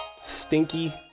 stinky